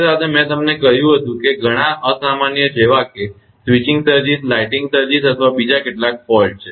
સાથે સાથે મેં તમને કહ્યું હતું કે ઘણા અસામાન્ય જેવા કે સ્વિચીંગ સર્જિસ લાઇટનીંગ સર્જિસ અથવા બીજા કેટલાક ફોલ્ટ છે